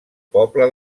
poble